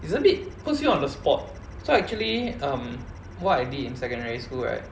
is a bit puts you on the spot so actually um what I did in secondary school right